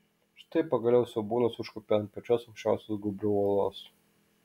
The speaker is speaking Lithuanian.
štai pagaliau siaubūnas užkopė ant pačios aukščiausios gūbrio uolos